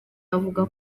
avuga